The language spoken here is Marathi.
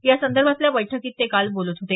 यासंदर्भातल्या बैठकीत ते काल बोलत होते